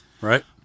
Right